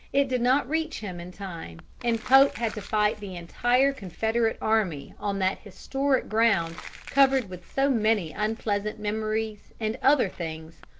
it did not reach him in time, and pope had to fight the entire confederate army on that historic ground covered with so many unpleasant memories and other things,